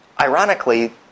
ironically